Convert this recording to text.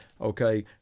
okay